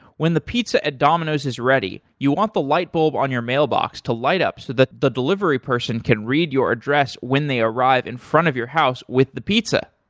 when the pizza at domino's is ready, you want the light bulb on your mailbox to light up so that the delivery person could read your address when they arrive in front of your house with the pizza.